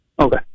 Okay